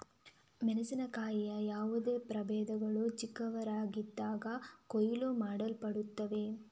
ಮೆಣಸಿನಕಾಯಿಯ ಯಾವುದೇ ಪ್ರಭೇದಗಳು ಚಿಕ್ಕವರಾಗಿದ್ದಾಗ ಕೊಯ್ಲು ಮಾಡಲ್ಪಡುತ್ತವೆ